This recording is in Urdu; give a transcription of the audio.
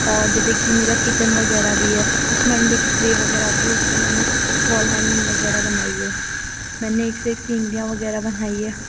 اور جیسے کہ میرا کچن وغیرہ بھی ہے اُس میں انڈے کی ٹرے وغیرہ ہوتی ہے اُس سے میں نے وال ہینگنگ وغیرہ بنائی ہے میں نے ایک سے ایک سینریاں وغیرہ بنائی ہے